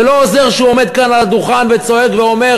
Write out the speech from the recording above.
זה לא עוזר שהוא עומד כאן על הדוכן וצועק ואומר: